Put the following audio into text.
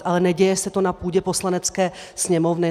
Ale neděje se to na půdě Poslanecké sněmovny.